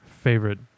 favorite